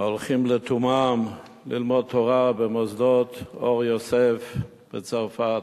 ההולכים לתומם ללמוד תורה במוסדות "אור יוסף" בצרפת.